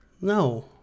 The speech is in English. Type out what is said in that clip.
No